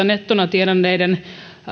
nettona tienanneiden